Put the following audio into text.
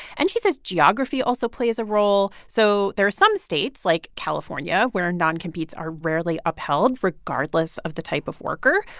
and she says geography also plays a role. so there are some states, like california, where non-competes are rarely upheld, regardless of the type of worker.